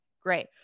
great